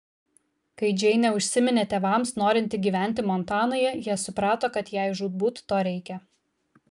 kai džeinė užsiminė tėvams norinti gyventi montanoje jie suprato kad jai žūtbūt to reikia